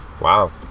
Wow